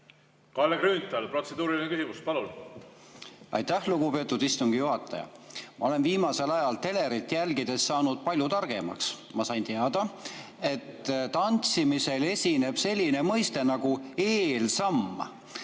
Kalle Grünthal, protseduuriline küsimus, palun! Aitäh, lugupeetud istungi juhataja! Ma olen viimasel ajal telerit jälgides saanud palju targemaks. Ma sain teada, et tantsimisel esineb selline mõiste nagu "eelsamm".